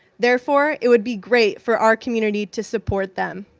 therefore, it would be great for our community to support them.